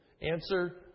Answer